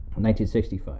1965